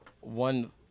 one